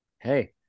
hey